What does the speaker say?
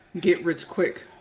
get-rich-quick